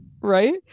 Right